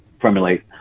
Formulate